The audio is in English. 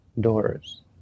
doors